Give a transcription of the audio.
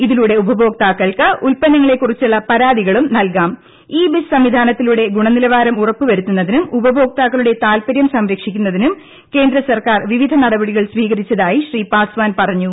ഇതിലൂടെ ഉപഭോക്താക്കൾക്ക് ഉൽപ്പന്നങ്ങളെക്കുറിച്ചുളള പരാതികളും നൽകൂരു ഇ ബിസ് സംവിധാനത്തിലൂടെ ഗുണനിലവാരം ഉറപ്പുവരുത്തുന്നതിനും ഉപഭോക്താക്കളുടെ താല്പരൃം സംരക്ഷിക്കുന്നതിനും കേന്ദ്ര സർക്കാർ വിവിധ നടപടികൾ സ്വീകരിച്ചതായി ശ്രീ പാസ്വാൻ പറഞ്ഞു